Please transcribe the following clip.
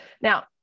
Now